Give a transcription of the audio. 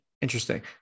Interesting